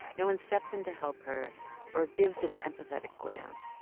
no one steps in to help her or gives an empathetic glance.